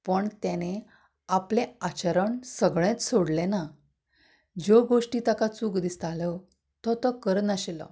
पूण ताणें आपलें आचरण सगळेंच सोडलें ना ज्यो गोश्टी ताका चूक दिसताल्यो त्यो तो करनाशिल्लो